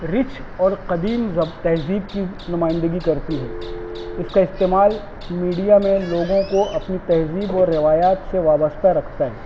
rich اور قدیم تہذیب کی نمائندگی کرتی ہے اس کا استعمال میڈیا میں لوگوں کو اپنی تہذیب اور روایات سے وابستہ رکھتا ہے